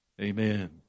Amen